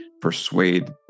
persuade